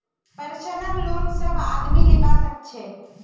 personal loan सब आदमी लीबा सखछे